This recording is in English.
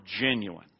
genuine